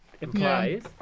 implies